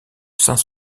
saint